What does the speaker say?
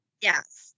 Yes